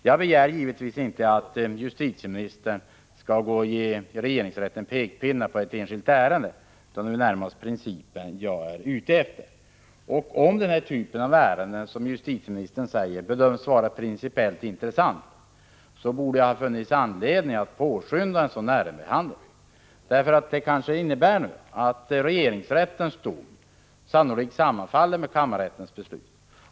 Jag begär givetvis inte att justitieministern skall hålla upp en pekpinne för regeringsrätten i ett enskilt ärende, utan det är närmast principfrågan som jag vill ta upp. Om denna typ av ärenden, som justitieministern säger, bedöms vara principiellt intressant, borde det ha funnits anledning att påskynda ärendebehandlingen. Regeringsrättens dom kommer sannolikt att sammanfalla med kammarrättens beslut.